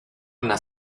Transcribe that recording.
una